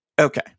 Okay